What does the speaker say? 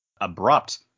Abrupt